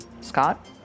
Scott